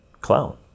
clown